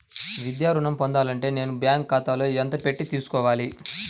విద్యా ఋణం పొందాలి అంటే నేను బ్యాంకు ఖాతాలో ఎంత పెట్టి తీసుకోవాలి?